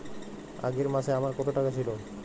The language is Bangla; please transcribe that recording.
আগের মাসে আমার কত টাকা ছিল?